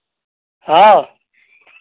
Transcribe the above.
हाँ